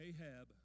Ahab